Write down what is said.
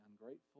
ungrateful